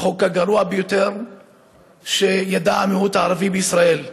החוק הגרוע ביותר שידע המיעוט הערבי בישראל.